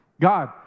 God